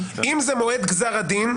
אם זה מועד גזר הדין,